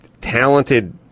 talented